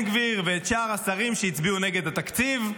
גביר ואת שאר השרים שהצביעו נגד התקציב.